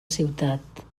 ciutat